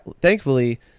Thankfully